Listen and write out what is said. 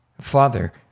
Father